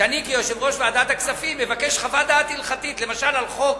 שאני כיושב-ראש ועדת הכספים מבקש חוות דעת הלכתית למשל על חוק